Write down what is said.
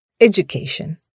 education